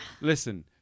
Listen